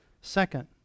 Second